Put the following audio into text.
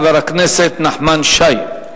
חבר הכנסת נחמן שי.